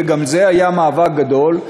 וגם זה היה מאבק גדול,